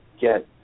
get